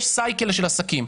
יש סייקל של עסקים.